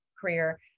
career